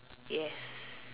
yes